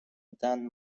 بودند